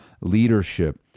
leadership